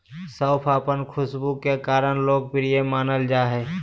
सौंफ अपन खुशबू के कारण लोकप्रिय मानल जा हइ